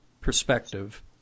perspective